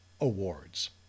awards